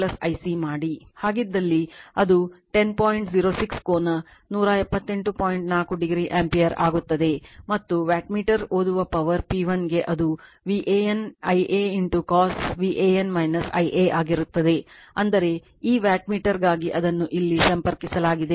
4o ampere ಆಗುತ್ತದೆ ಮತ್ತು wattmeter ಓದುವ ಪವರ್ P 1 ಗೆ ಅದು VAN Ia cos VAN Ia ಆಗಿರುತ್ತದೆ ಅಂದರೆ ಈ ವ್ಯಾಟ್ಮೀಟರ್ಗಾಗಿ ಅದನ್ನು ಇಲ್ಲಿ ಸಂಪರ್ಕಿಸಲಾಗಿದೆ